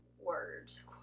words